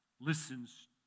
listens